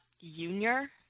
Junior